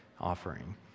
offering